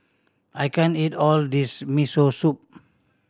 I can't eat all this Miso Soup